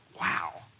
wow